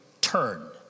turn